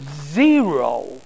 zero